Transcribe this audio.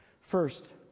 First